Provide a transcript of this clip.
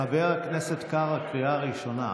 חבר הכנסת קארה, קריאה ראשונה.